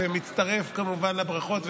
ומצטרף כמובן לברכות,